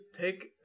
take